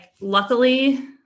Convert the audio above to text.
luckily –